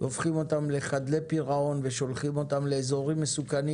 והופכים אותם לחדלי פירעון ושולחים אותם